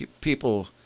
People